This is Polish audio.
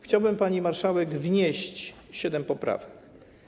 Chciałbym, pani marszałek, wnieść siedem poprawek.